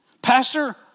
Pastor